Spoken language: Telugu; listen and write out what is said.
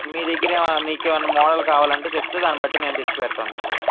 మీ దగ్గర ఏమ మీకేమన్న మోడల్ కావాలంటే చెప్తే దాన్ని బట్టి మేం తెచ్చిపెడతాం మీకు